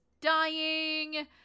dying